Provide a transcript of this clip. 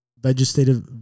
vegetative